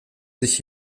sich